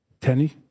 Tenny